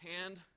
hand